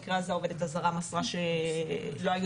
או במקרה הזה העובדת הזרה מסרה שלא היו